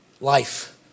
Life